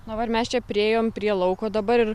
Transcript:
dabar mes čia priėjom prie lauko dabar ir